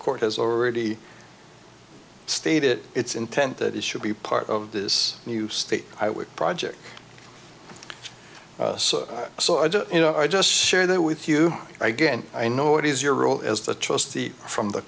court has already state it it's intent that it should be part of this new state i would project so i just you know i just share that with you again i know what is your role as the trust the